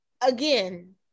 Again